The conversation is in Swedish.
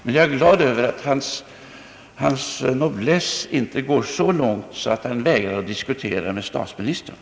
Men jag är glad över att hans nobless inte går så långt att han vägrar att diskutera med statsministern.